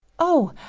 oh,